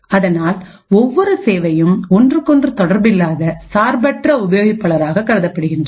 அதனால் ஒவ்வொரு சேவையும் ஒன்றுக்கொன்று தொடர்பில்லாத சார்பற்ற உபயோகிப்பாளராக கருதப்படுகின்றது